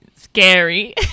scary